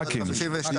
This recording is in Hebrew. הצבעה לא אושר.